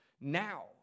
now